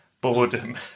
boredom